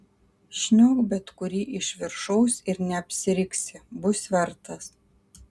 šniok bet kurį iš viršaus ir neapsiriksi bus vertas